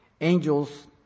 Angels